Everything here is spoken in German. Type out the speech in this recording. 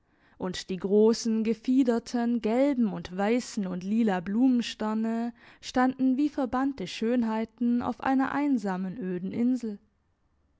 und die grossen gefiederten gelben und weissen und lila blumensterne standen wie verbannte schönheiten auf einer einsamen öden insel